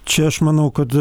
čia aš manau kad